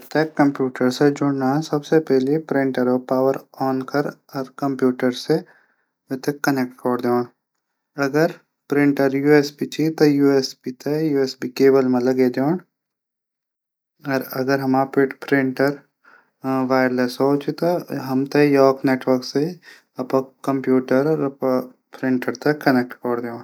प्रिंटर थै क्म्प्यूटर थै जुडनो से पैली प्रिंटर पावर औन कन और कम्प्यूटर थै क्नैकट कन अगर प्रिंटर यूएसबी केवल मा लगै दीण अगर हमर अपड प्रिंटर वायरलेस वालो च त त यू हमथै नेटवर्क से कम्प्यूटर और प्रिंटर से जोड दिण।